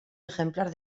ejemplar